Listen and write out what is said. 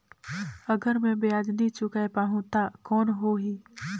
अगर मै ब्याज नी चुकाय पाहुं ता कौन हो ही?